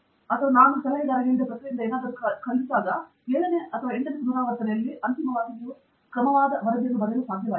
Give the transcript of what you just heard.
ಹಾಗಾದರೆ ಹಾಗಾದರೆ ನೀವು ಮತ್ತೆ ಅದನ್ನು ಮುಂದುವರೆಸಿದರೆ ಮತ್ತು ನಾನು ಹೇಳುವ ಪ್ರಕ್ರಿಯೆಯಿಂದ ಏನನ್ನಾದರೂ ನನಗೆ ಕಲಿಯೋಣ ಏಳನೆಯ ಮತ್ತು ಎಂಟನೇ ಪುನರಾವರ್ತನೆ ಅಂತಿಮವಾಗಿ ನಾನು ಆ ವರದಿಯನ್ನು ಬರೆಯಲು ಸಾಧ್ಯವಾಯಿತು